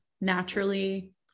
naturally